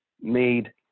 made